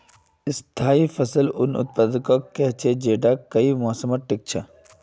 स्थाई फसल उन उत्पादकक कह छेक जैता कई मौसमत टिक छ